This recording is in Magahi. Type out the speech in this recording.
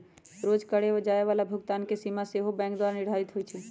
रोज करए जाय बला भुगतान के सीमा सेहो बैंके द्वारा निर्धारित होइ छइ